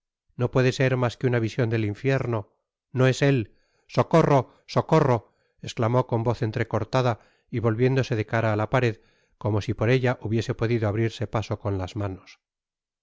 no puede ser mas que una vision del infierno no es ét socorro socorro i esclamó con voz entrecortada y volviéndose de cara á la pared como si por ella hubiese podido abrirse paso con las manos